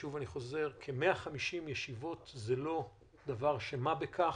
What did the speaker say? שוב, אני חוזר, כ-150 ישיבות זה לא דבר של מה בכך,